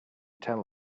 tell